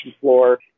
floor